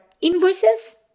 invoices